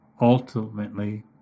ultimately